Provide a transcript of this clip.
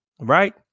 Right